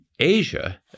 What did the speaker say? Asia